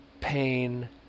pain